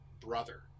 brother